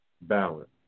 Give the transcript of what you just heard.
balance